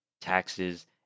taxes